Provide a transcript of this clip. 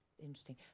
interesting